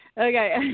Okay